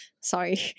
Sorry